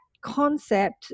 concept